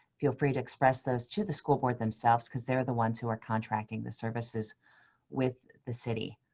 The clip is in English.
feel free to express those to the school board themselves cause they're the ones who are contracting the services with the city.